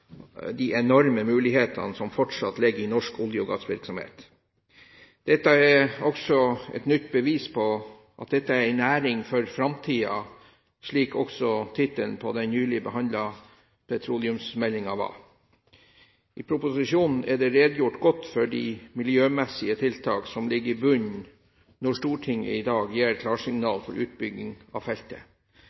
de enorme mulighetene som fortsatt ligger i norsk olje- og gassvirksomhet. Dette er også et nytt bevis på at dette er en næring for framtiden, slik også tittelen på den nylig behandlede petroleumsmeldingen var. I proposisjonen er det redegjort godt for de miljømessige tiltak som ligger i bunnen når Stortinget i dag gir klarsignal for utbygging av feltet.